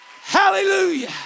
Hallelujah